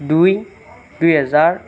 দুই দুহেজাৰ